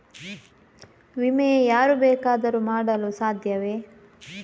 ವಿಮೆ ಯಾರು ಬೇಕಾದರೂ ಮಾಡಲು ಸಾಧ್ಯವೇ?